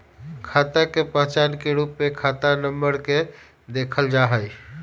खाता के पहचान के रूप में खाता नम्बर के देखल जा हई